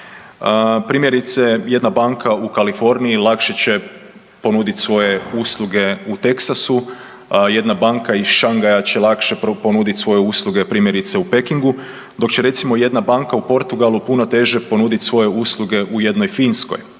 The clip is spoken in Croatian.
Primjerice, jedna banka u Kaliforniji lakše će ponuditi svoje usluge u Teksasu, jedna banka iz Šangaja će lakše ponudit svoje usluge primjerice u Pekingu dok će recimo jedna banka u Portugalu puno teže ponuditi svoje usluge u jednoj Finskoj